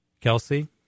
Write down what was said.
Kelsey